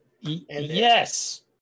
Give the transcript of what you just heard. yes